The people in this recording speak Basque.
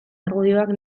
argudioak